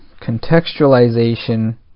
contextualization